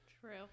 True